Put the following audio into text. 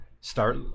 start